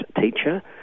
teacher